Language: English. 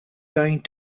going